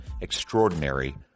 extraordinary